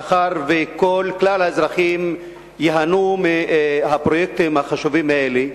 מאחר שכלל האזרחים ייהנו מהפרויקטים החשובים האלה,